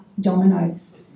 dominoes